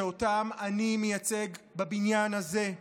שאותם אני מייצג בבניין הזה,